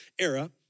era